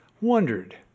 wondered